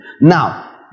Now